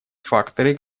факторы